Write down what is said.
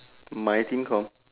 my